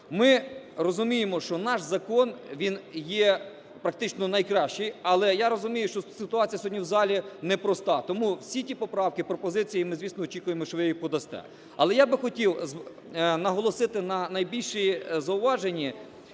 Ми розуміємо, що наш закон, він є практично найкращий, але я розумію, що ситуація сьогодні в залі непроста. Тому всі ті поправки, пропозиції ми, звісно, очікуємо, що ви їх подасте. Але я би хотів наголосити на найбільшому зауваженні